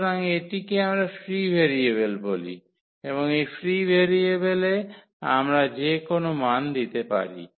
সুতরাং এটিকে আমরা ফ্রি ভেরিয়েবল বলি এবং এই ফ্রি ভেরিয়েবলে আমরা যেকোনও মান দিতে পারি